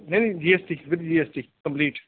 ਨਹੀਂ ਨਹੀਂ G S T with G S T complete